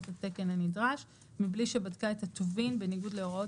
התקן הנדרש מבלי שבדקה את הטובין בניגוד להוראות